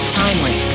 timely